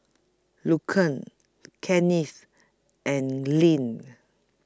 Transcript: Lucian Kennith and Lynn